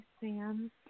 Sam